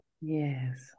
Yes